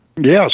Yes